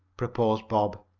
proposed bob.